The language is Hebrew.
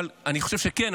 אבל אני חושב שכן,